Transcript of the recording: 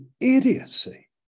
idiocy